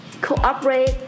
cooperate